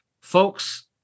Folks